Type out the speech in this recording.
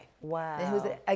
Wow